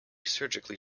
surgically